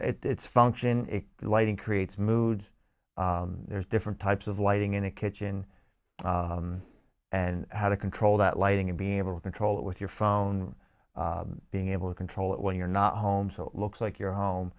it's function a lighting creates mood there's different types of lighting in a kitchen and how to control that lighting and be able to control it with your phone being able to control it when you're not home so it looks like your home